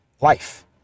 life